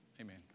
Amen